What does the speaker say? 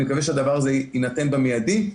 אני מקווה שהדבר הזה יינתן במיידי.